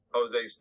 Jose